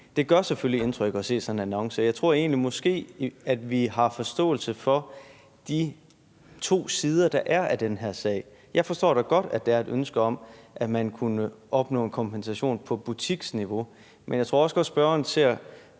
det gør selvfølgelig indtryk at se sådan en annonce, og jeg tror egentlig måske, at vi har forståelse for de to sider, der er, af den her sag. Jeg forstår da godt, at der er et ønske om, at man skulle kunne opnå kompensation på butiksniveau, men jeg tror også godt, spørgeren ser